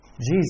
Jesus